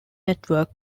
network